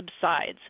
subsides